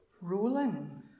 Rolling